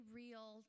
real